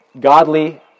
godly